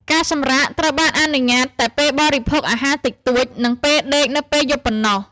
ការសម្រាកត្រូវបានអនុញ្ញាតតែពេលបរិភោគអាហារតិចតួច និងពេលដេកនៅពេលយប់ប៉ុណ្ណោះ។